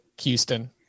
Houston